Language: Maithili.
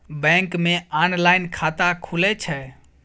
बैंक मे ऑनलाइन खाता खुले छै?